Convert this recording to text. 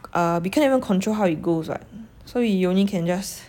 err we cannot even control how it goes [what] so we only can just